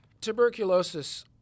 Tuberculosis